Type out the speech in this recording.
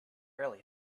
early